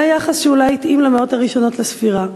היה יחס שאולי התאים למאות הראשונות לספירה.